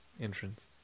entrance